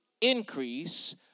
increase